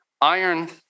Iron